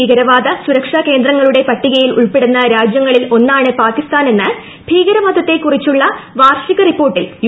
ഭീകരവാദ സുരക്ഷാ കേന്ദ്രങ്ങളുടെ പട്ടികയിൽ ഉൾപ്പെടുന്ന രാജ്യങ്ങളിൽ ഒന്നാണ് പാകിസ്ഥാനെന്ന് ഭീകരവാദത്തെ കുറിച്ചുളള വാർഷിക റിപ്പോർട്ടിൽ യു